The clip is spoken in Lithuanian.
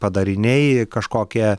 padariniai kažkokie